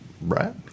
Right